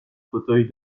fauteuil